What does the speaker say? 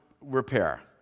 repair